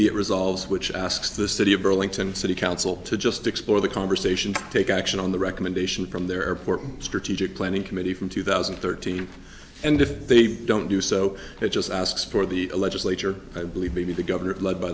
it resolves which asks the city of burlington city council to just explore the conversation take action on the recommendation from their airport strategic planning committee from two thousand and thirteen and if they don't do so it just asks for the legislature i believe to be the governor led by